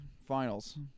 finals